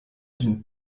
d’une